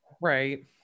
right